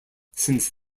since